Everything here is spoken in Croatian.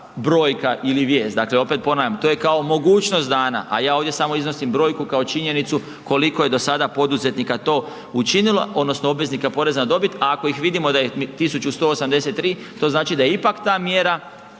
brojka ili vijest. Dakle, opet ponavljam to je kao mogućnost dana, a ja ovdje samo iznosim brojku kao činjenicu koliko je do sada poduzetnika to učinilo, odnosno obveznika poreza na dobit, a ako ih vidimo da je 1.183 to znači da je ipak ta mjera